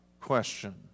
question